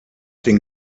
den